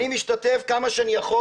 אני משתתף כמה שאני יכול,